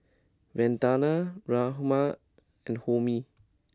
Vandana Ramnath and Homi